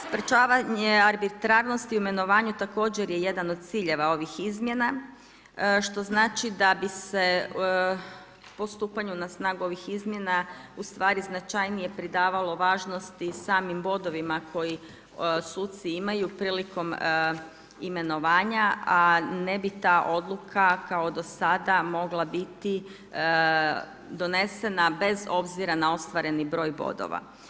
Sprečavanje arbitrarnosti, imenovanje, također je jedan od ciljeva ovih izmjena, što znači da bi se postupanje na snagu ovih izmjena u stvari značajnije pridavalo važnosti samim bodovima koji suci imaju prilikom imenovanja, a ne bi ta odluka, kao do sada mogla biti donesena, bez obzira na ostvareni broj bodova.